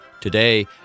Today